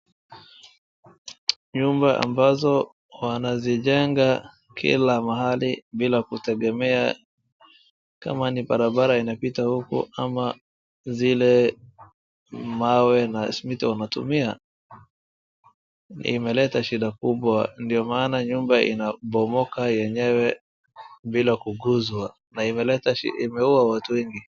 Nyumba ambazo wanazijenga Kila mahali bila kutegemea kama ni Barabara inapita uko ama zile mawe na simiti wanatumia imeleta shida kubwa ndio maana nyumba inabomoka yenyewe bila kuguzwa na imeua watu wengi.